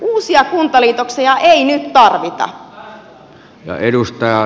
uusia kuntaliitoksia ei nyt tarvita